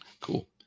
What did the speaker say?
Cool